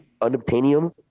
unobtainium